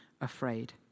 afraid